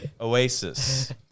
Oasis